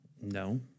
No